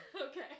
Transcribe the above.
Okay